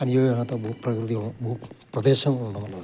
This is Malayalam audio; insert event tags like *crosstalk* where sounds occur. *unintelligible* ഭൂപകൃതിയുള്ള ഭൂപ്രദേശങ്ങളുണ്ടെന്നുള്ളത്